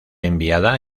enviada